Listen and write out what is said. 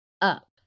up